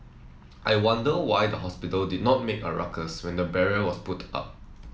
I wonder why the hospital did not make a ruckus when the barrier was put up